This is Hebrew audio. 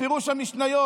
בפירוש המשניות,